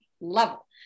level